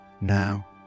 Now